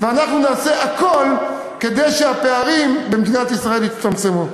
ואנחנו נעשה הכול כדי שהפערים במדינת ישראל יצטמצמו.